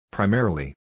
Primarily